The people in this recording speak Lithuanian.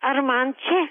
ar man čia